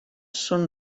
són